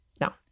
no